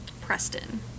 Preston